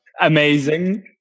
Amazing